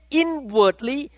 inwardly